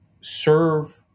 serve